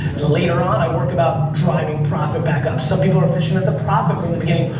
later on i work about driving profit back up. some people are efficient at the profit from the beginning,